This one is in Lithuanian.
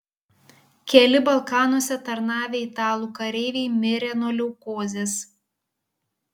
keli balkanuose tarnavę italų kareiviai mirė nuo leukozės